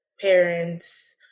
parents